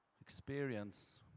experience